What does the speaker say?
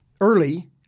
early